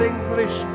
English